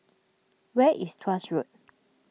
where is Tuas Road